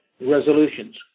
resolutions